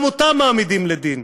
גם אותם מעמידים לדין.